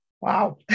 Wow